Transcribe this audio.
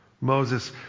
Moses